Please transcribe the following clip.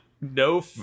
no